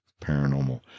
paranormal